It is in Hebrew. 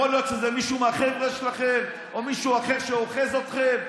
יכול להיות שזה מישהו מהחבר'ה שלכם או מישהו אחר שאוחז אתכם?